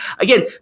Again